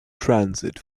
transit